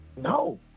No